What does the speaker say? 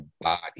body